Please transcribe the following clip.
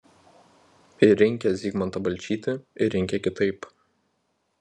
ir rinkę zigmantą balčytį ir rinkę kitaip